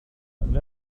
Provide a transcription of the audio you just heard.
and